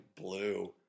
Blue